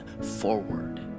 forward